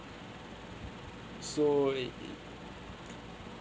so it it